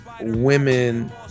women